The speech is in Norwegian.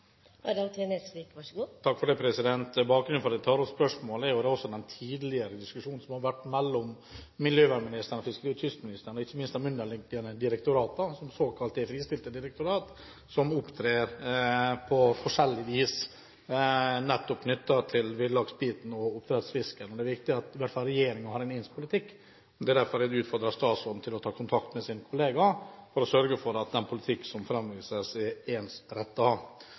Bakgrunnen for at jeg tar opp spørsmålet, er også den diskusjonen som har vært tidligere mellom miljøvernministeren og fiskeri- og kystministeren og ikke minst de underliggende direktoratene, som er såkalt fristilte direktorater, som opptrer på forskjellig vis nettopp knyttet til villaksbiten og oppdrettsfisken. Det er viktig at i hvert fall regjeringen har en ens politikk. Det var derfor jeg utfordret statsråden til å ta kontakt med sin kollega for å sørge for at den politikk som framvises, er